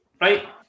Right